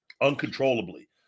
uncontrollably